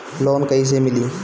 Loan कइसे मिली?